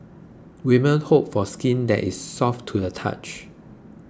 women hope for skin that is soft to the touch